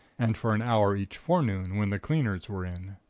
and for an hour each forenoon when the cleaners were in.